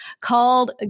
called